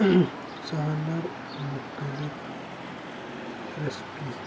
ژھانٛڑ مُختٔلِف ریسپی